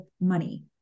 money